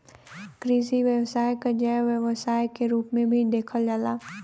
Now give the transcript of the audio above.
कृषि व्यवसाय क जैव व्यवसाय के रूप में भी देखल जाला